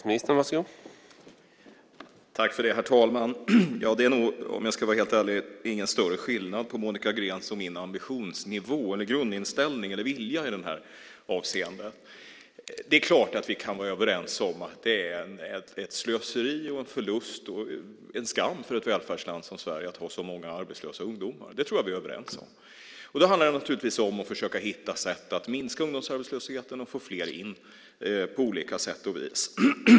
Herr talman! Det är nog om jag ska vara helt ärlig ingen större skillnad på Monica Greens och min ambitionsnivå, grundinställning eller vilja i detta avseende. Det är klart att vi kan vara överens om att det är ett slöseri, en förlust och en skam för ett välfärdsland som Sverige att ha så många arbetslösa ungdomar. Det tror jag att vi är överens om. Det handlar naturligtvis om att försöka hitta sätt att minska ungdomsarbetslösheten och få fler in på olika sätt och vis.